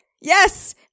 Yes